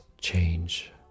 change